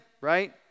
right